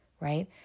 right